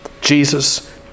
Jesus